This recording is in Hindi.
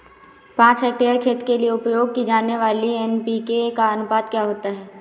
पाँच हेक्टेयर खेत के लिए उपयोग की जाने वाली एन.पी.के का अनुपात क्या होता है?